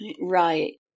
Right